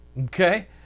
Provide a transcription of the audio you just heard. Okay